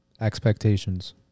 Expectations